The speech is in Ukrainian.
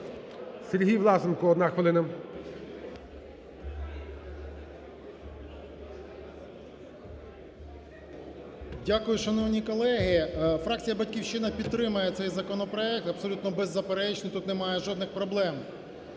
Сергій Власенко одна хвилина. 17:02:34 ВЛАСЕНКО С.В. Дякую, шановні колеги! Фракція "Батьківщина" підтримає цей законопроект, абсолютно беззаперечно, тут немає жодних проблем.